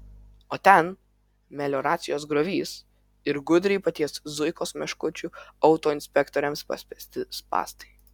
o ten melioracijos griovys ir gudriai paties zuikos meškučių autoinspektoriams paspęsti spąstai